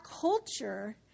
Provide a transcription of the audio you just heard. culture